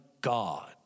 God